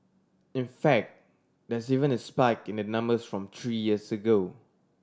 in fact there's even a spike in the numbers from three years ago